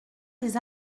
des